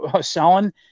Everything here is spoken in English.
selling